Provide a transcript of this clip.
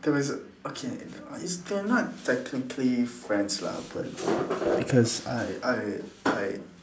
there is okay uh it's they are not technically friends lah but because I I I